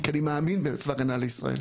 כי אני מאמין בצבא הגנה לישראל.